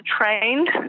trained